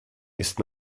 ist